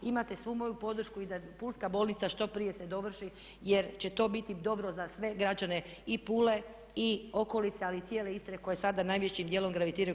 Imate svu moju podršku i da pulska bolnica što prije se dovrši jer će to biti dobro za sve građane i Pule i okolice ali i cijele Istre koja sada najvećim dijelom gravitiraju KBC Rijeka.